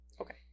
Okay